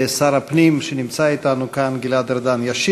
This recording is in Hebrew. שר הפנים, שנמצא אתנו כאן, ישיב.